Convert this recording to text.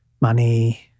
money